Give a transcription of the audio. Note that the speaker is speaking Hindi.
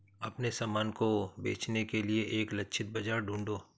अपने सामान को बेचने के लिए एक लक्षित बाजार ढूंढो